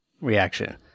reaction